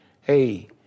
hey